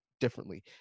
differently